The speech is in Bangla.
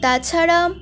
তাছাড়া